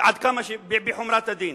בחומרת הדין